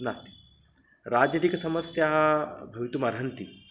नास्ति राजनीतिकसमस्या भवितुमर्हन्ति